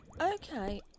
Okay